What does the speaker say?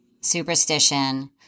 superstition